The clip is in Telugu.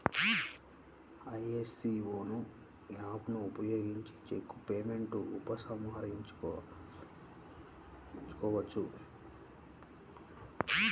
ఎస్బీఐ యోనో యాప్ ను ఉపయోగించిన చెక్ పేమెంట్ ఉపసంహరించుకోవచ్చు